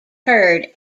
herd